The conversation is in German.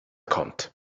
kommt